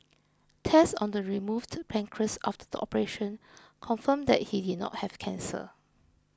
tests on the removed pancreas after the operation confirmed that he did not have cancer